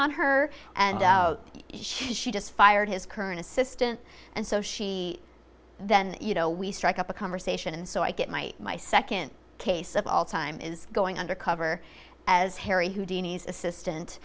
on her and she just fired his current assistant and so she then you know we strike up a conversation and so i get my my second case of all time is going undercover as harry houdini's assistant